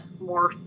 more